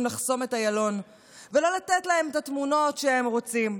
לחסום את איילון ולא לתת להם את התמונות שהם רוצים.